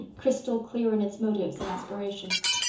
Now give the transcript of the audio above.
crystal clear in its motives and aspirations.